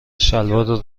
شلوارت